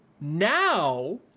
now